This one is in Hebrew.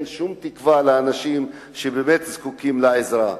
שום תקווה לאנשים שבאמת זקוקים לעזרה.